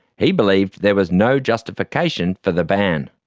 he believed there was no justification for the ban.